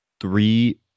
three